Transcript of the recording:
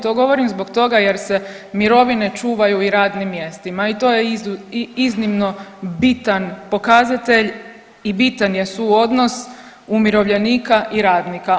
To govorim zbog toga jer se mirovine čuvaju i radnim mjestima i to je iznimno bitan pokazatelj i bitan je suodnos umirovljenika i radnika.